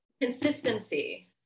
Consistency